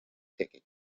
ticket